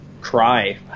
cry